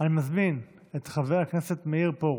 אני מזמין את חבר הכנסת מאיר פרוש.